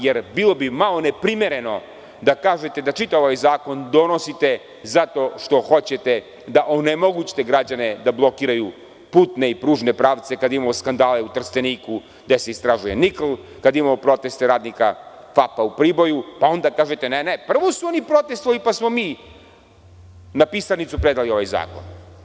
Jer, bilo bi malo neprimereno da kažete da čitav ovaj zakon donosite zato što hoćete da onemogućite građane da blokiraju putne i pružne pravce kada imamo skandale u Trsteniku gde se istražuje nikl, kada imamo proteste radnika FAP-a u Priboju, pa onda kažete – ne, ne, prvo su oni protestvovali pa smo mi na pisarnicu predali ovaj zakon.